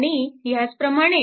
आणि ह्याच प्रमाणे